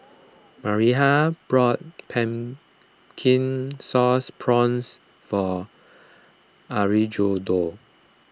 Miriah brought Pumpkin Sauce Prawns for Alejandro